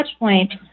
touchpoint